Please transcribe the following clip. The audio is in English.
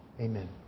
Amen